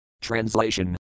Translation